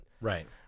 Right